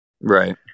Right